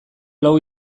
lau